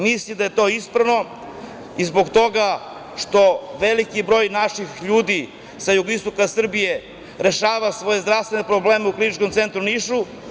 Mislim da je to ispravno i zbog toga što veliki broj naših ljudi sa jugoistoka Srbije rešava svoje zdravstvene probleme u Kliničkom centru u Nišu.